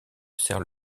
serre